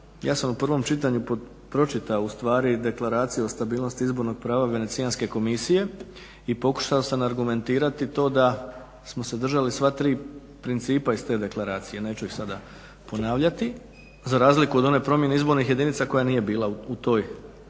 Ja sam u prvom čitanju pročitao ustvari deklaraciju o stabilnosti izbornog prava venecijanske komisije i pokušao sam argumentirati to da smo se držali sva tri principa iz te deklaracije, neću ih sada ponavljati, za razliku od one promjene izbornih jedinica koja nije bila u toj